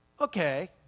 okay